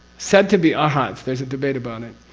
said to be arhats, there's a debate about it.